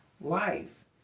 life